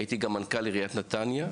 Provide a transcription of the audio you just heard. הייתי גם מנכ"ל עריית נתניה,